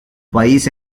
país